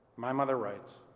my mother writes